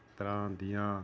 ਤਰ੍ਹਾਂ ਦੀਆਂ